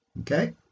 okay